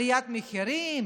עליית מחירים,